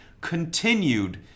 continued